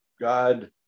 god